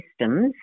systems